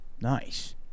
nice